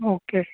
okay